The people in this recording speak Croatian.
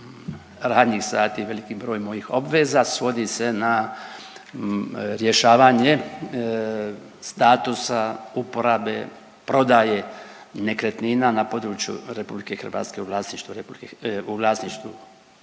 radnih sati, veliki broj mojih obveza svodi se na rješavanje statusa uporabe, prodaje nekretnina na području RH u vlasništvu